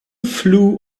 flew